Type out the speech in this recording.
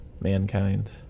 Mankind